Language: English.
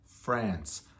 france